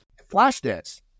Flashdance